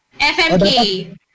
FMK